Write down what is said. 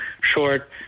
short